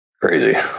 Crazy